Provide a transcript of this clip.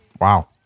Wow